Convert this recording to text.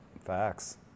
Facts